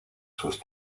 sus